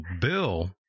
Bill